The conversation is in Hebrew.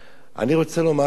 אני רוצה לומר לכם,